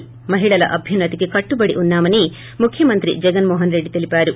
ి మహిళల అభ్యున్న తికి కట్టుబడి ఉన్నా మని ముఖ్యమంత్రి జగన్మోహన్రెడ్డి తెలిపారు